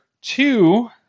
two